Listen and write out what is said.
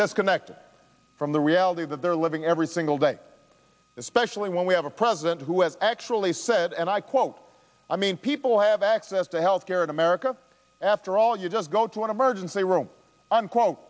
disconnected from the reality that they're living every single day especially when we have a president who has actually said and i quote i mean people have access to health care in america after all you just go to an emergency room unquote